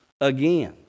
Again